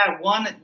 one